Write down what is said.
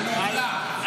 על "מוגלה".